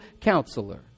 counselor